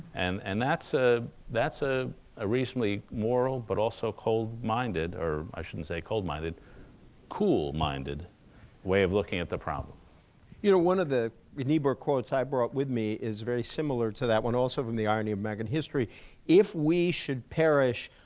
and and that's ah a ah ah reasonably moral but also cold-minded, or i shouldn't say cold-minded cool-minded way of looking at the problem you know, one of the niebuhr quotes i brought with me is very similar to that one, also from the irony of american history if we should perish,